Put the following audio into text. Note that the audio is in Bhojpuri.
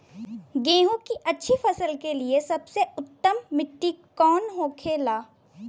गेहूँ की अच्छी फसल के लिए सबसे उत्तम मिट्टी कौन होखे ला?